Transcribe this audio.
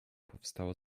powstało